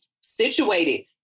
situated